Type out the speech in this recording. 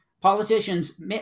politicians